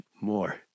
more